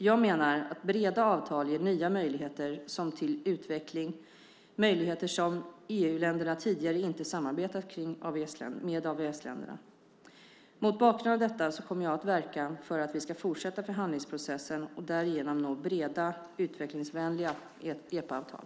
Jag menar att breda avtal ger nya möjligheter till utveckling, möjligheter som EU-länderna tidigare inte samarbetat kring med AVS-länderna. Mot bakgrund av detta kommer jag att verka för att vi ska fortsätta förhandlingsprocessen och därigenom nå breda, utvecklingsvänliga, EPA-avtal.